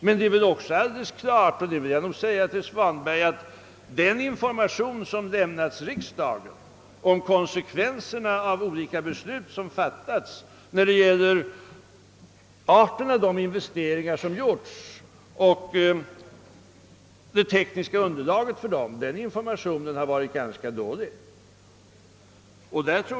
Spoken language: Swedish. Men det är också alldeles klart — och detta vill jag särskilt säga till herr Svanberg — att den information som lämnats riksdagen om konsekvenserna av olika beslut som fattats, om arten av de investeringar som gjorts och om det tekniska underlaget för dem har varit ganska dålig.